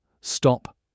stop